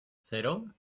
cero